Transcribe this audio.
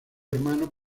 hermano